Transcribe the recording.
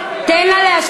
תשבנה.